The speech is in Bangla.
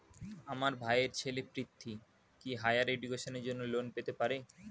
আমার ভাইয়ের ছেলে পৃথ্বী, কি হাইয়ার এডুকেশনের জন্য লোন পেতে পারে?